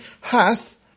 hath